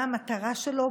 מה המטרה שלו,